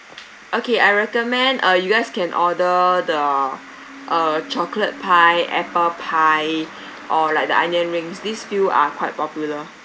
okay I recommend uh you guys can order the uh chocolate pie apple pie or like the onion rings these few are quite popular